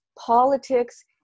politics